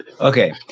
Okay